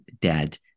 dad